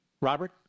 Robert